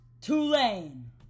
Tulane